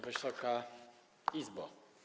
Wysoka Izbo!